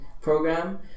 program